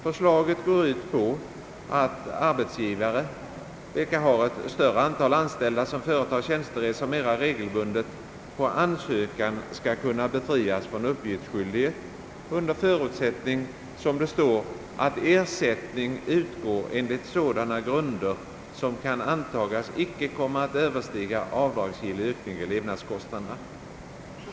Förslaget går ut på att arbetsgivare vilka har ett större antal anställda, som mera regelbundet företar tjänsteresor, på ansökan skall kunna befrias från uppgiftsskyldighet under förutsättning, såsom det heter, »att ersättning utgår enligt sådana grunder att den kan antagas icke komma att överstiga avdragsgill ökning i levnadskostnaderna».